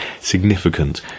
significant